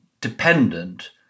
dependent